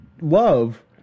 Love